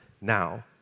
now